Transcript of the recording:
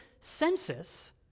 census